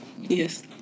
Yes